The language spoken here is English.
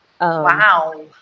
wow